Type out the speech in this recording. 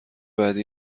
بعدی